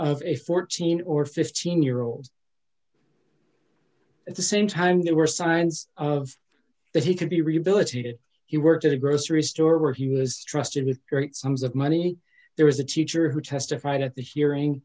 of a fourteen or fifteen year old at the same time there were signs of that he could be rehabilitated he worked at a grocery store or he was trusted with great sums of money there was a teacher who testified at the hearing